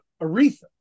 Aretha